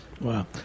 Wow